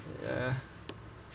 uh